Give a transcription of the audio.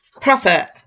profit